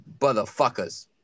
motherfuckers